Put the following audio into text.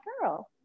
girl